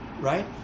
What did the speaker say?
Right